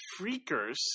Freakers